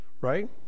Right